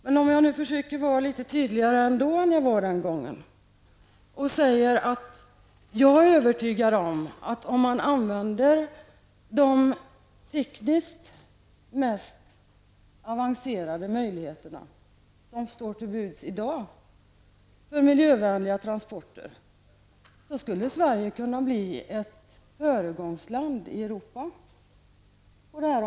Men jag skall försöka vara ännu litet tydligare än jag var den gången och säga att jag är övertygad om att om man använde de tekniskt mest avancerade möjligheter som i dag står till buds för miljövänliga transporter skulle Sverige på det här området kunna bli ett föregångsland i Europa.